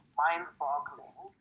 mind-boggling